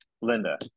Linda